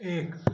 एक